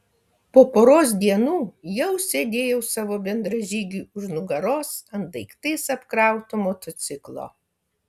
po poros dienų jau sėdėjau savo bendražygiui už nugaros ant daiktais apkrauto motociklo